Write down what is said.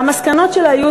והמסקנות שלה יהיו,